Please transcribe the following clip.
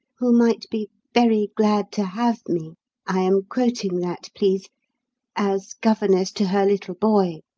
who might be very glad to have me' i am quoting that, please as governess to her little boy.